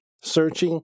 searching